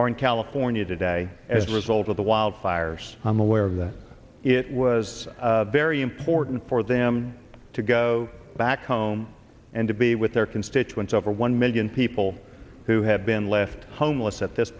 are in california today as a result of the wildfires i'm aware of that it was very important for them to go back home and to be with their constituents over one million people who have been left homeless at this